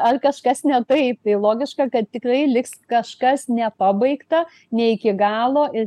ar kažkas ne taip tai logiška kad tikrai liks kažkas nepabaigta ne iki galo ir